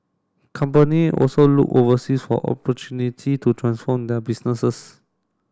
company also looked overseas for opportunity to transform their businesses